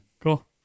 Cool